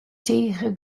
tige